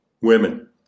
women